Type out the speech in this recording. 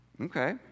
Okay